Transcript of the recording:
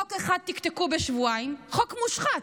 חוק אחד תקתקו בשבועיים, חוק מושחת,